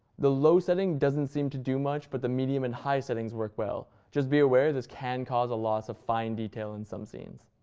the low setting doesn't seem to do much, but the medium and high settings work well, just be aware this can cause a loss of fine detail in some scenes.